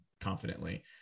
confidently